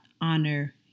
Honor